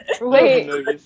wait